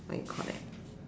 what you call that